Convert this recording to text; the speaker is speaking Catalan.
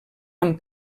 amb